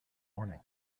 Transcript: morning